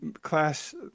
class